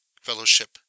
Fellowship